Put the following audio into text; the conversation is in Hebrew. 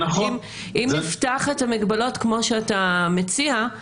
אם נפתח את המגבלות כמו שאתה מציע,